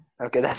Okay